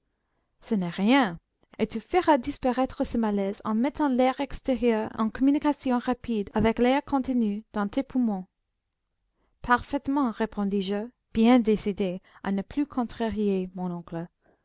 ce n'est rien et tu feras disparaître ce malaise en mettant l'air extérieur en communication rapide avec l'air contenu dans tes poumons parfaitement répondis-je bien décidé à ne plus contrarier mon oncle